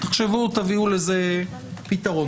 תחשבו ותביאו לזה פתרון.